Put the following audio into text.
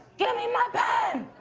give me my pen!